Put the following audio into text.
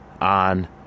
on